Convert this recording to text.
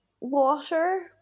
Water